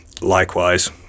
likewise